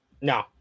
No